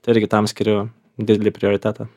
tai irgi tam skiriu didelį prioritetą